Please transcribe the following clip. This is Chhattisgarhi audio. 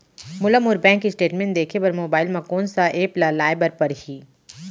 मोला मोर बैंक स्टेटमेंट देखे बर मोबाइल मा कोन सा एप ला लाए बर परही?